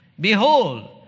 Behold